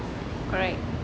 correct